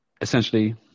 essentially